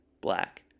black